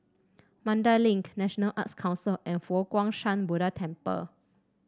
Mandai Link National Arts Council and Fo Guang Shan Buddha Temple